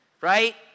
right